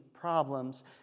problems